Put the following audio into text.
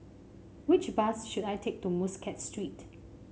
which bus should I take to Muscat Street